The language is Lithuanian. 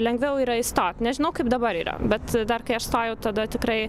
lengviau yra įstot nežinau kaip dabar yra bet dar kai aš stojau tada tikrai